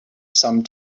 some